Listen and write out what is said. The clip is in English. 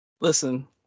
Listen